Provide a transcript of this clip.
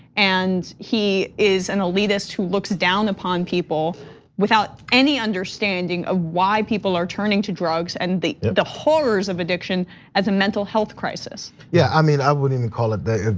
and he is an elitist who looks down upon people without any understanding of ah why people are turning to drugs and the the horrors of addiction as a mental health crisis. yeah, i mean, i wouldn't even call it that.